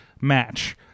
match